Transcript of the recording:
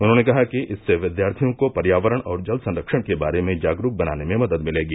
उन्होंने कहा कि इससे विद्यार्थियों को पर्यावरण और जल संरक्षण के बारे में जागरूक बनाने में मदद मिलेगी